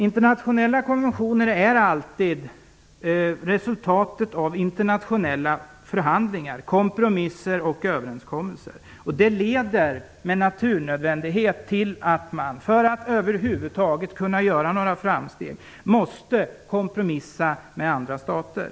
Internationella konventioner är alltid resultatet av internationella förhandlingar, kompromisser och överenskommelser. Det leder med naturnödvändighet till att man för att över huvud taget kunna göra några framsteg måste kompromissa med andra stater.